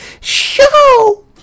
Show